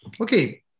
okay